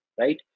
right